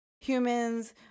humans